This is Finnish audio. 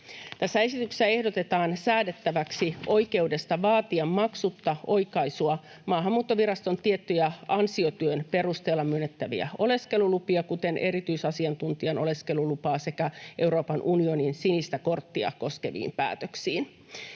Tässä esityksessä ehdotetaan säädettäväksi oikeudesta vaatia maksutta oikaisua Maahanmuuttoviraston tiettyjä ansiotyön perusteella myönnettäviä oleskelulupia, kuten erityisasiantuntijan oleskelulupaa, sekä Euroopan unionin sinistä korttia koskeviin päätöksiin.